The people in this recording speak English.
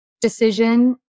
decision